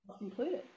included